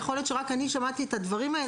יכול להיות שרק אני שמעתי את הדברים האלה